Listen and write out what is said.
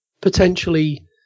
potentially